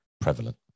prevalent